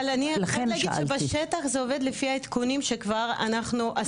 אבל אני חייבת להגיד שבשטח זה עובד לפי העדכונים שכבר אנחנו עשינו.